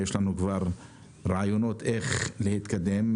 יש לנו כבר רעיונות איך להתקדם.